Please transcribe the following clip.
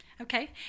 Okay